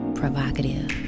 provocative